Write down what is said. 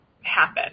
happen